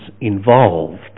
involved